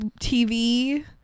TV